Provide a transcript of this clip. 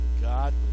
God